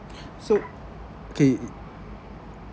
so okay